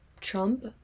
Trump